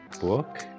book